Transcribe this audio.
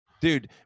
Dude